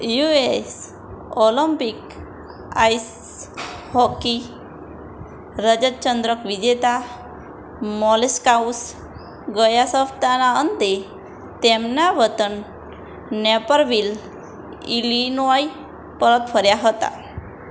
US Olympic ice hockey રજત ચંદ્રક વિજેતા મોલી સ્કાઉસ ગયા સપ્તાહના અંતે તેમનાં વતન નેપરવિલ ઇલિનોય પરત ફર્યા હતા